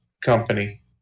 company